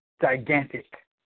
gigantic